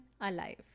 alive